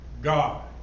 God